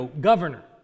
governor